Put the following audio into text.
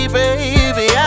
baby